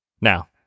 Now